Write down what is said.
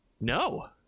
No